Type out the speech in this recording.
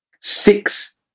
six